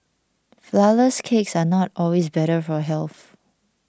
Flourless Cakes are not always better for health